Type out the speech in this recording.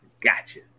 Gotcha